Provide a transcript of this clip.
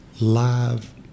live